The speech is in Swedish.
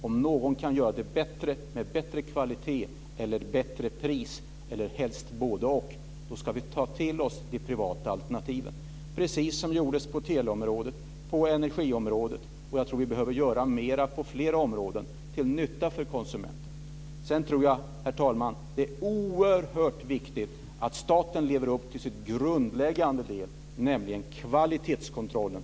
Om någon kan driva en verksamhet bättre, med bättre kvalitet eller till bättre pris - helst både-och - ska vi ta till oss de privata alternativen. Det var precis det som gjordes på teleområdet och på energiområdet. Jag tror att vi behöver göra mer på fler områden, till nytta för konsumenten. Sedan tror jag, herr talman, att det är oerhört viktigt att staten lever upp till sitt grundläggande ansvar, nämligen kvalitetskontrollen.